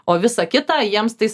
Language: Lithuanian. o visa kita jiems tais